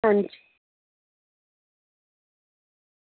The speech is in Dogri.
अंजी